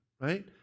right